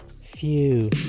Phew